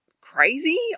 crazy